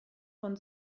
von